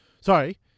Sorry